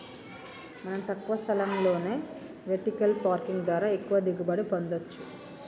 మనం తక్కువ స్థలంలోనే వెర్టికల్ పార్కింగ్ ద్వారా ఎక్కువగా దిగుబడి పొందచ్చు